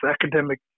academic